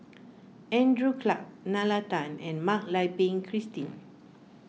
Andrew Clarke Nalla Tan and Mak Lai Peng Christine